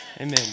Amen